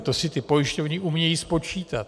To si ty pojišťovny umějí spočítat.